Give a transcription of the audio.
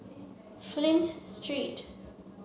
Flint Street